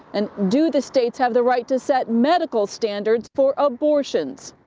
and do the states have the right to set medical standards for abortions?